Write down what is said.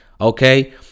Okay